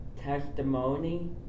testimony